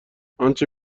انچه